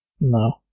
No